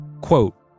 Quote